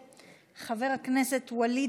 חברת הכנסת יוליה מלינובסקי,